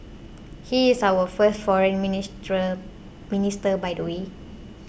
he is our first Foreign Minister by the way